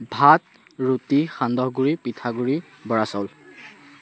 ভাত ৰুটি সান্দহগুড়ি পিঠাগুড়ি বৰা চাউল